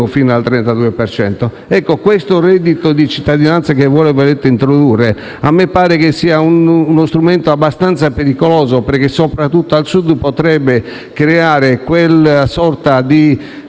fino al 32 per cento. Il reddito di cittadinanza che volete introdurre a me pare che sia uno strumento abbastanza pericoloso, perché, soprattutto al Sud, potrebbe creare quella sorta di